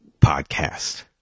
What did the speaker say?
podcast